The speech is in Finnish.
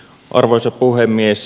arvoisa puhemies